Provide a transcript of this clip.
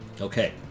okay